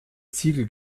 ziegel